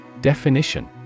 Definition